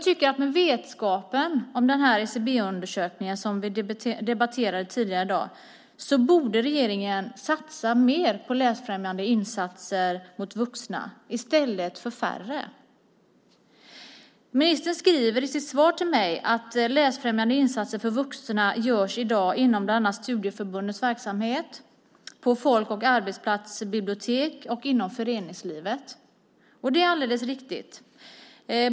Med vetskap om den SCB-undersökning som vi debatterade tidigare i dag borde regeringen satsa mer på läsfrämjande insatser mot vuxna i stället för färre. Ministern skriver i sitt svar till mig att läsfrämjande insatser för vuxna i dag bland annat görs inom studieförbundens verksamhet, på folk och arbetsplatsbibliotek och inom föreningslivet. Det är alldeles riktigt.